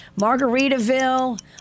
Margaritaville